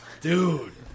Dude